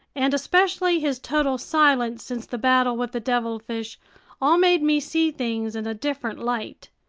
and especially his total silence since the battle with the devilfish all made me see things in a different light.